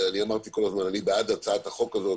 אני בעד הצעת החוק הזאת,